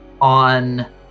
on